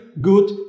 good